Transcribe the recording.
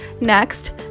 Next